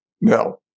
No